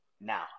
Now